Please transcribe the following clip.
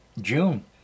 June